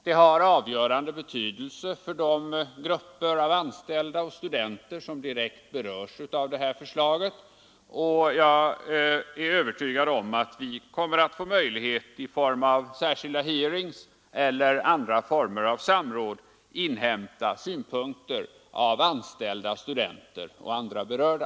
Det har avgörande betydelse för grupper av anställda och studenter som direkt berörs av det här förslaget, och jag är övertygad om att vi kommer att få möjlighet att vid särskilda hearings eller i andra former av samråd inhämta synpunkter av anställda, studenter och andra berörda.